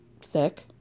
sick